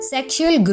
Sexual